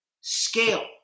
scale